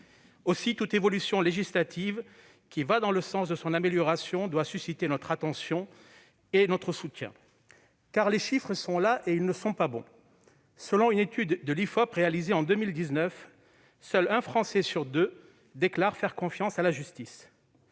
Aussi, toute évolution législative qui va dans le sens de son amélioration doit susciter notre attention et notre soutien. Les chiffres sont là, et ils ne sont pas bons ! Selon une étude de l'Institut français d'opinion publique (IFOP) réalisée en 2019, seul un Français sur deux déclare faire confiance à la justice,